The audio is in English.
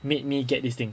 made me get this thing